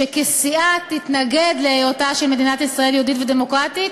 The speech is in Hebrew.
שכסיעה תתנגד להיותה של מדינת ישראל יהודית ודמוקרטית